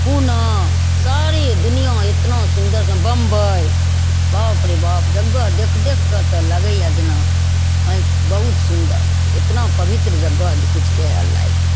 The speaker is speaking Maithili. पूना सारे दुनिआँ एतना सुन्दर छै बम्बइ बाप रे बाप जगह देखि देखिके तऽ लगैए जेना आँखि बहुत सुन्दर एतना पवित्र जगह जे किछु कहै लागि नहि